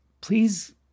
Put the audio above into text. please